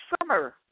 summer